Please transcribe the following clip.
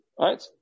right